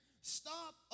stop